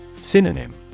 Synonym